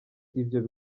ibyo